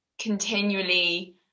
continually